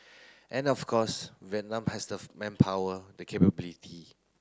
and of course Vietnam has the manpower the capability